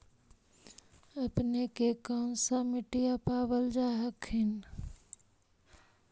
अपने के कौन सा मिट्टीया पाबल जा हखिन?